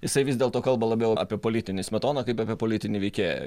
jisai vis dėlto kalba labiau apie politinį smetoną kaip apie politinį veikėją